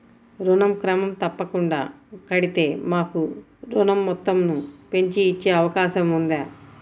ఋణం క్రమం తప్పకుండా కడితే మాకు ఋణం మొత్తంను పెంచి ఇచ్చే అవకాశం ఉందా?